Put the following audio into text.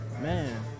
man